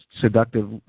seductive